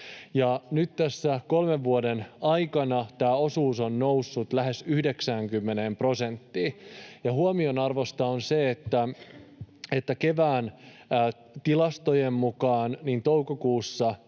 Nyt tässä kolmen vuoden aikana tämä osuus on noussut lähes 90 prosenttiin, ja huomionarvoista on, että kevään tilastojen mukaan toukokuussa